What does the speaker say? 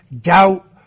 doubt